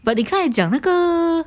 but 你刚才讲那个